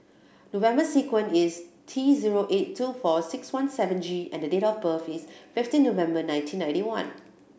the number sequence is T zero eight two four six one seven G and the date of birth is fifteen November nineteen ninety one